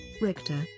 Richter